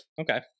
Okay